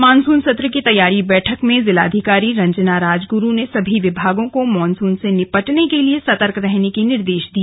monsoon सत्र की तैयारी बैठक में जिलाधिकारी रंजना राजगुरू ने सभी विभागों को मॉनसून से निपटने के लिए सतर्क रहने के निर्देश दिए